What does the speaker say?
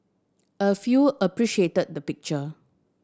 a few appreciate the picture